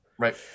Right